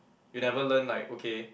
you'll never learn like okay